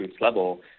level